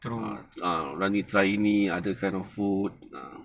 true